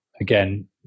again